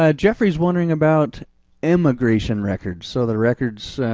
ah geoffrey's wondering about emigration records, so the records,